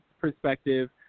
perspective